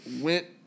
went